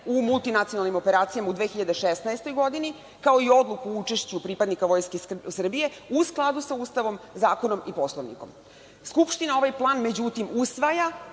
u multinacionalnim operacijama u 2016. godini, kao i odluku o učešću pripadnika Vojske Srbije u skladu sa Ustavom, zakonom i Poslovnikom. Skupština ovaj plan, međutim, usvaja